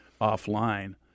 offline